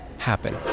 Happen